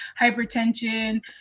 hypertension